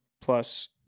plus